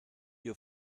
your